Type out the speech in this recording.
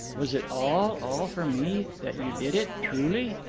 was it all, all for me, that you did it, truly?